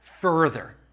further